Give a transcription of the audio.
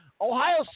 Ohio